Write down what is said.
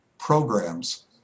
programs